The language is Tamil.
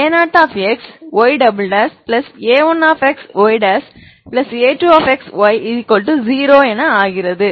எனவே a0xya1xya2xy0 ஆக இருக்கிறது